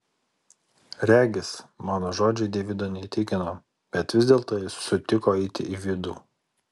regis mano žodžiai deivido neįtikino bet vis dėlto jis sutiko eiti į vidų